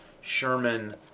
Sherman